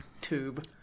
Tube